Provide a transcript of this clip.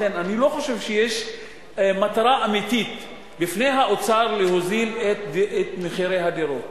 לכן אני לא חושב שיש מטרה אמיתית בפני האוצר להוזיל את מחירי הדירות.